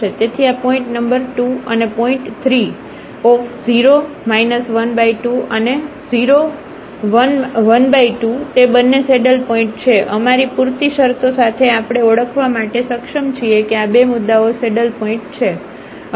તેથી આ point number 2 અને પોઇન્ટ 3 0 12 અને 012 તે બંને સેડલપોઇન્ટ છે અમારી પૂરતી શરતો સાથે આપણે ઓળખવા માટે સક્ષમ છીએ કે આ બે મુદ્દાઓ સેડલપોઇન્ટ છે